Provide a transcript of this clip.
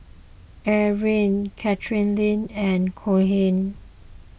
Erling Katheryn and Cohen